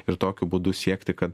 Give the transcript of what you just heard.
ir tokiu būdu siekti kad